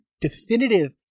definitive